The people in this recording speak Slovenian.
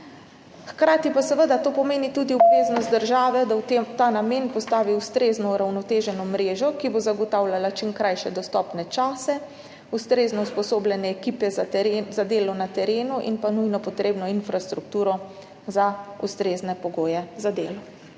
Hkrati pa seveda to pomeni tudi obveznost države, da v ta namen postavi ustrezno uravnoteženo mrežo, ki bo zagotavljala čim krajše dostopne čase, ustrezno usposobljene ekipe za delo na terenu in nujno potrebno infrastrukturo za ustrezne pogoje za delo.